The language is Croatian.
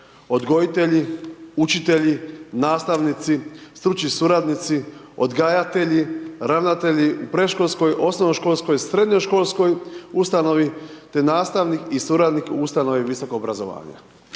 odgojitelji, učitelji, nastavnici, stručni suradnici, odgajatelji, ravnatelji u predškolskoj, osnovnoškolskoj i srednjoškolskoj ustanovi te nastavnik i suradnik u ustanovi visokog obrazovanja.